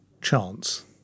chance